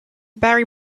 barry